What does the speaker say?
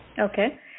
Okay